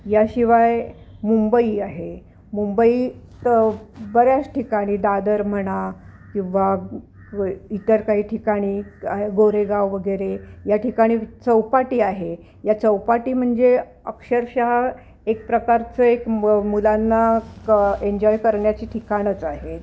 याशिवाय मुंबई आहे मुंबई त बऱ्याच ठिकाणी दादर म्हणा किंवा इतर काही ठिकाणी आहे गोरेगाव वगैरे या ठिकाणी चौपाटी आहे या चौपाटी म्हणजे अक्षरशः एक प्रकारचं एक मुलांना क एन्जॉय करण्याची ठिकाणच आहे